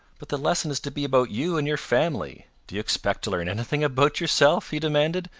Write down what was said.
but the lesson is to be about you and your family. do you expect to learn anything about yourself? he demanded,